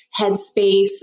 headspace